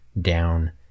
down